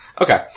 Okay